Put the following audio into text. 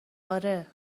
آره